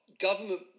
government